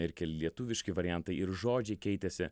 ir keli lietuviški variantai ir žodžiai keitėsi